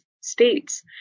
states